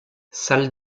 salle